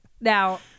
Now